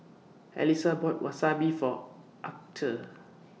Alisa bought Wasabi For Archer